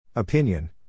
Opinion